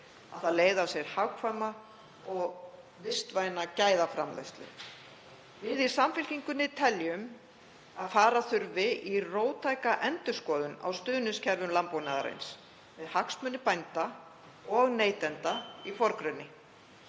að það leiði af sér hagkvæma og vistvæna gæðaframleiðslu. Við í Samfylkingunni teljum að fara þurfi í róttæka endurskoðun á stuðningskerfum landbúnaðarins með hagsmuni bænda og neytenda í forgrunni.